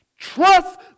Trust